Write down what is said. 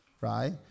right